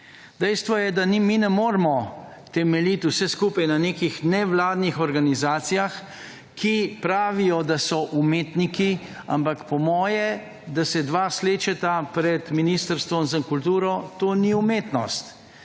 Dejstvo je, da mi ne moremo temeljiti vse skupaj na nekih nevladnih organizacijah, ki pravijo, da so umetniki, ampak po moje, da se dva slečeta pred Ministrstvom za kulturo to ni umetnost.